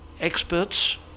experts